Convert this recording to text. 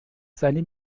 seine